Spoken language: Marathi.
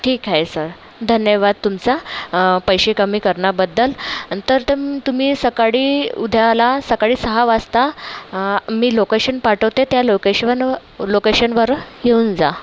ठीक आहे सर धन्यवाद तुमचा पैसे कमी करणाबद्दल आणि तर तम् तुम्ही सकाळी उद्याला सकाळी सहा वाजता मी लोकशन पाठवते त्या लोकेश्वंव लोकेशनवर येऊन जा